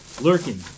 lurking